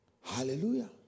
Hallelujah